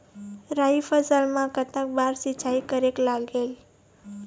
राई फसल मा कतक बार सिचाई करेक लागेल?